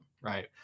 right